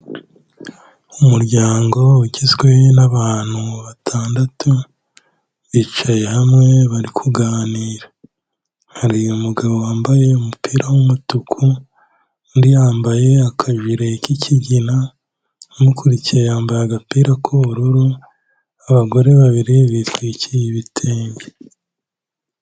Umuryango ugizwe n'abantu batandatu bicaye hamwe bari kuganira, hari umugabo wambaye umupira w'umutuku undi yambaye akajire k'ikigina, umukurikiye yambaye agapira k'ubururu abagore babiri bitwikiriye ibitenge.